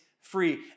free